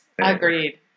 agreed